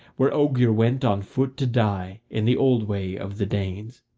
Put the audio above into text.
where ogier went on foot to die, in the old way of the danes.